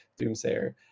Doomsayer